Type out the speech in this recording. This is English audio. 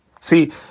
See